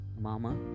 mama